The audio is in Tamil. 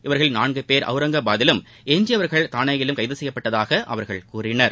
இவர்களில் நான்குபேர் ஒளரங்காபாதிலும் எஞ்சியவர்கள் தானேயிலும் கைது செய்யப்பட்டதாக அவர்கள் கூறினர்